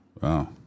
Wow